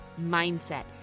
mindset